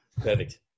Perfect